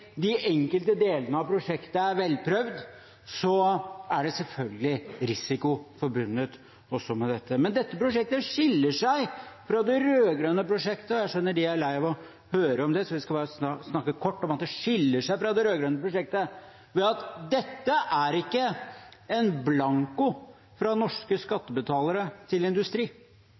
de enkelte delene av prosjektet er velprøvd, er det selvfølgelig risiko forbundet også med dette. Men dette prosjektet skiller seg fra det rød-grønne prosjektet, og jeg skjønner de er lei av å høre om det, så jeg skal være kort og si at det skiller seg fra det rød-grønne prosjektet ved at dette ikke er en blankofullmakt fra norske skattebetalere til industri.